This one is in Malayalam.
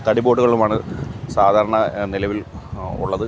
തടി ബോട്ട്കളുമാണ് സാധാരണ നിലവില് ഉള്ളത്